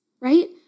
right